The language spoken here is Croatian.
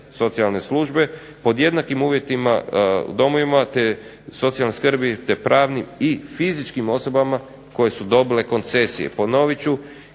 socijalne službe pod jednakim uvjetima u domovima socijalne skrbi te pravnim i fizičkim osobama koje su dobile koncesije. Ponovit ću,